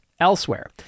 elsewhere